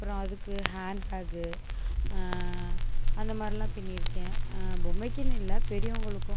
அப்புறம் அதுக்கு hand bag அந்தமாதிரிலான் பின்னிருக்கேன் பொம்மைக்கினு இல்லை பெரியவகங்களுக்கும்